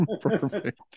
Perfect